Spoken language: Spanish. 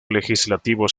legislativo